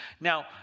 Now